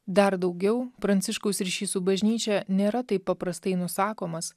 dar daugiau pranciškaus ryšys su bažnyčia nėra taip paprastai nusakomas